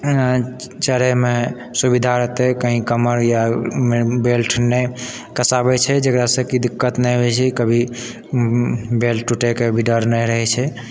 चढ़ैमे सुविधा रहतै कही कमर या बेल्ट नहि कसाबै छै जकरासँ की दिक्कत नहि होइ छै कभी बेल्ट टूटैके भी डर नहि रहै छै